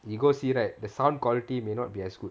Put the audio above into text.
you go see right the sound quality may not be as good